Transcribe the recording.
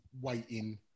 waiting